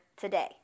today